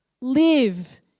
live